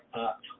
up